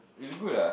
is it good ah